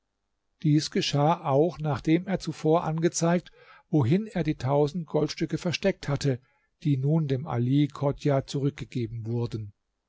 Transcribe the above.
dies geschah auch nachdem er zuvor angezeigt wohin er die tausend goldstücke versteckt hatte die nun dem ali chodjah zurückgegeben wurden